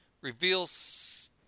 reveals